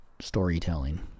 storytelling